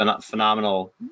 phenomenal